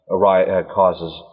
causes